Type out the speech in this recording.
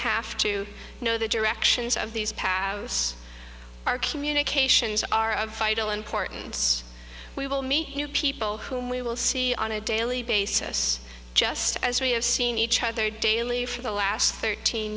have to know the directions of these paths our communications are of vital importance we will meet new people whom we will see on a daily basis just as we have seen each other daily for the last thirteen